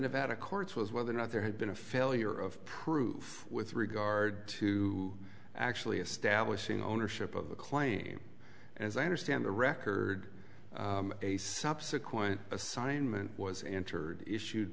nevada courts was whether or not there had been a failure of proof with regard to actually establishing ownership of the claim and as i understand the record a subsequent assignment was entered issued